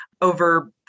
over